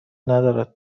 ندارد